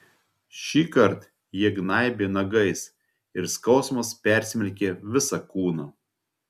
šįkart jie gnaibė nagais ir skausmas persmelkė visą kūną